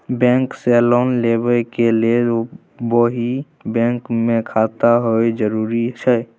Bank से loan लेबै के लेल वही बैंक मे खाता होय जरुरी छै?